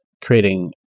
creating